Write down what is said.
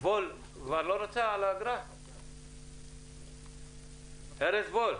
ארז וול,